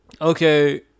okay